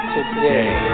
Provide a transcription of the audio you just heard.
Today